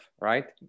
right